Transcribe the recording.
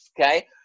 Okay